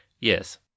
Yes